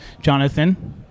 Jonathan